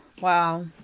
Wow